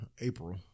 April